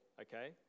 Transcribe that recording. okay